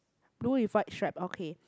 blue with white stripe okay